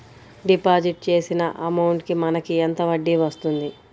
Deposit చేసిన amount కి మనకి ఎంత వడ్డీ వస్తుంది?